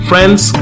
Friends